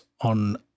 on